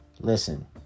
Listen